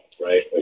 Right